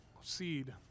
seed